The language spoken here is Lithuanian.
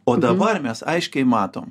o dabar mes aiškiai matom